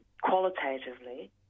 qualitatively